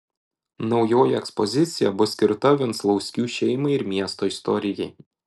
naujoji ekspozicija bus skirta venclauskių šeimai ir miesto istorijai